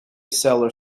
cellar